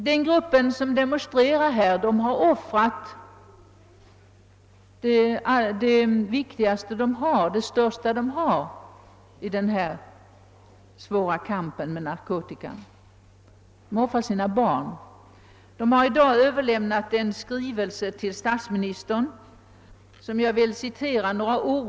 Den grupp som i dag demonstrerar har i den svåra kampen mot narkotika offrat det värdefullaste de har: sina barn. De har i dag till statsministern överlämnat en skrivelse, som jag skall be att få citera.